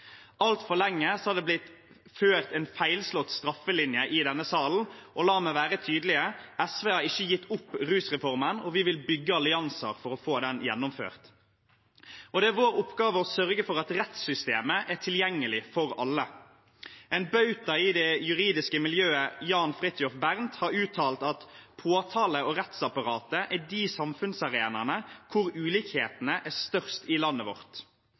Altfor lenge har det blitt ført en feilslått straffelinje i denne salen, og la meg være tydelig: SV har ikke gitt opp rusreformen. Vi vil bygge allianser for å få den gjennomført. Det er vår oppgave å sørge for at rettssystemet er tilgjengelig for alle. En bauta i det juridiske miljøet, Jan Fridthjof Bernt, har uttalt at påtale- og rettsapparatet er de samfunnsarenaene hvor ulikhetene er størst i landet vårt